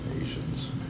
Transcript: nations